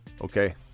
Okay